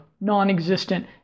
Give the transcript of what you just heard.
non-existent